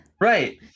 Right